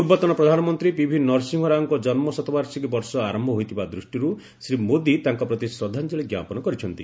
ପୂର୍ବତନ ପ୍ରଧାନମନ୍ତ୍ରୀ ପିଭି ନରସିଂହରାଓଙ୍କ ଜନ୍ମଶତବାର୍ଷିକୀ ବର୍ଷ ଗତକାଲିଠାରୁ ଆରମ୍ଭ ହୋଇଥିବା ଦୃଷ୍ଟିରୁ ଶ୍ରୀ ମୋଦୀ ତାଙ୍କ ପ୍ରତି ଶ୍ରଦ୍ଧାଞ୍ଜଳି ଞ୍ଜାପନ କରିଛନ୍ତି